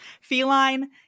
Feline